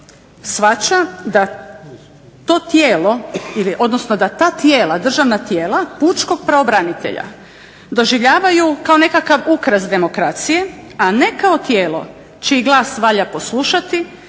shvaća da to tijelo, odnosno da ta tijela, državna tijela pučkog pravobranitelja doživljavaju kao nekakav ukras demokracije, a ne kao tijelo čiji glas valja poslušati